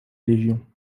légion